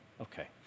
Okay